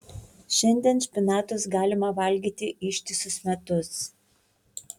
šiandien špinatus galima valgyti ištisus metus